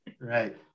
right